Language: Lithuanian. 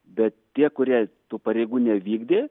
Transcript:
bet tie kurie tų pareigų nevykdė